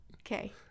Okay